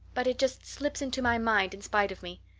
but it just slips into my mind in spite of me.